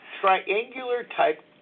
triangular-type